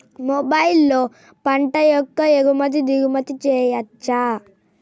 మొబైల్లో పంట యొక్క ఎగుమతి దిగుమతి చెయ్యచ్చా?